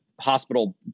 hospital